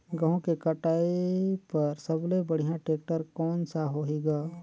गहूं के कटाई पर सबले बढ़िया टेक्टर कोन सा होही ग?